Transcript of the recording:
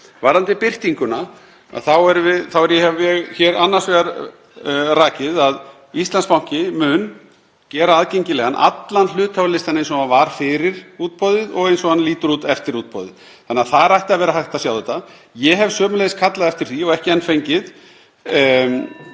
Varðandi birtinguna þá hef ég hér rakið að Íslandsbanki mun gera aðgengilegan allan hluthafalistann eins og hann var fyrir útboðið og eins og hann lítur út eftir útboðið þannig að þar ætti að vera hægt að sjá þetta. Ég hef sömuleiðis kallað eftir en ekki enn fengið